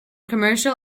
commercial